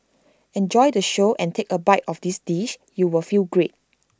enjoy the show and take A bite of this dish you will feel great